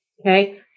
Okay